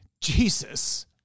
Jesus